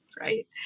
right